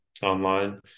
online